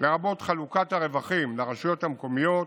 לרבות חלוקת הרווחים לרשויות המקומיות,